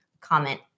comment